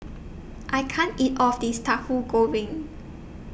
I can't eat All of This Tauhu Goreng